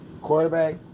quarterback